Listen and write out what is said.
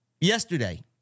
Yesterday